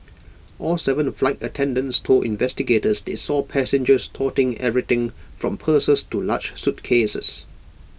all Seven flight attendants told investigators they saw passengers toting everything from purses to large suitcases